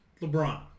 LeBron